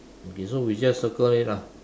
okay so we just circle it ah